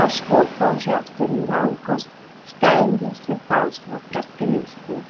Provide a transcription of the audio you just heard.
kažkur prožektorių rankos stengiasi tamsą praskleisti